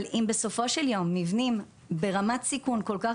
אם בסופו של יום מבנים ברמת סיכון כל כך